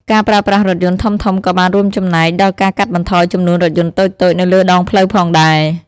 ការប្រើប្រាស់រថយន្តធំៗក៏បានរួមចំណែកដល់ការកាត់បន្ថយចំនួនរថយន្តតូចៗនៅលើដងផ្លូវផងដែរ។